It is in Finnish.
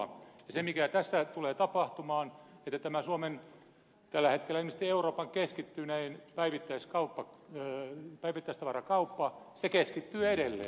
ja se mikä tässä tulee tapahtumaan on se että tämä suomen tällä hetkellä ilmeisesti euroopan keskittynein päivittäistavarakauppa keskittyy edelleen